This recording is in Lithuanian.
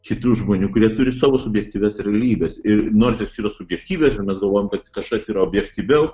kitų žmonių kurie turi savo subjektyvias realybes ir nors jos yra subjektyvios ir mes galvojam kad kažkas yra objektyviau